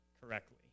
correctly